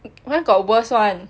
where got worst [one]